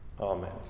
Amen